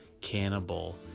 cannibal